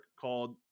called